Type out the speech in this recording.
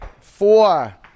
Four